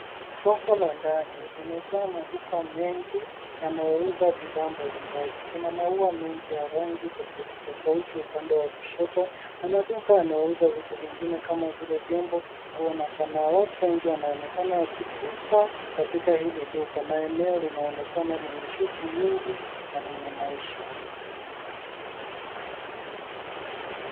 Soko la ndani limejaa maduka mengi yanayouza bidhaa mbalimbali. Kuna maua mengi ya rangi tofauti tofauti upande wa kushoto na maduka yanauza vitu vingine kama vile vyombo, nguo na sanaa. Watu wengi wanaonekana wakipita katika hili duka na eneo linaonekana lenye shughuli nyingi na lenye maisha.